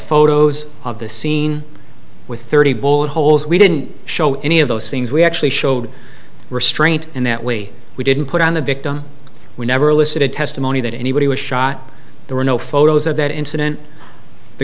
photos of the scene with thirty bullet holes we didn't show any of those things we actually showed restraint in that way we didn't put on the victim we never elicited testimony that anybody was shot there were no photos of that incident the